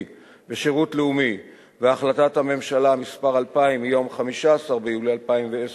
ושירות לאומי והחלטת הממשלה מס' 2000 מיום 15 ביולי 2010